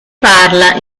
parla